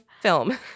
film